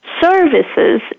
services